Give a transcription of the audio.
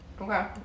Okay